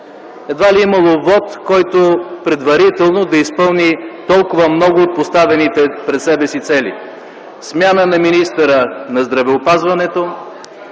Едва ли е имало вот, който предварително да изпълни толкова много от поставените пред себе си цели – смяна на министъра на здравеопазването,